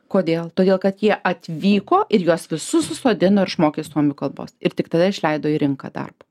kodėl todėl kad jie atvyko ir juos visus susodino ir išmokė suomių kalbos ir tik tada išleido į rinką darbo